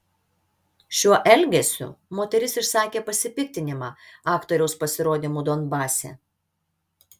šiuo elgesiu moteris išsakė pasipiktinimą aktoriaus pasirodymu donbase